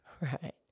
Right